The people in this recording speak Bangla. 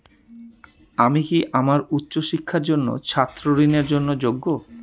আমি কি আমার উচ্চ শিক্ষার জন্য ছাত্র ঋণের জন্য যোগ্য?